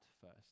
first